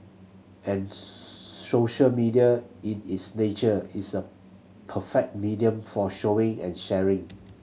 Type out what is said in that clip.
and social media in its nature is a perfect medium for showing and sharing